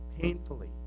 painfully